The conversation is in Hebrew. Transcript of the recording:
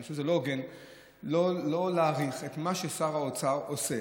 אני חושב שזה לא הוגן שלא להעריך את מה ששר האוצר עושה,